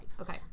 Okay